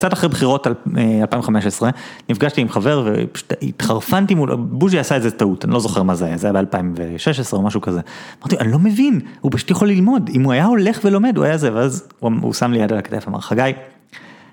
קצת אחרי בחירות 2015, נפגשתי עם חבר והתחרפנתי מולו, בוז'י עשה איזה טעות, אני לא זוכר מה זה היה, זה היה ב-2016 או משהו כזה, אמרתי, אני לא מבין, הוא פשוט יכול ללמוד, אם הוא היה הולך ולומד, הוא היה זה, ואז הוא שם לי יד על הכתף, אמר, חגי.